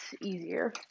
easier